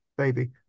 baby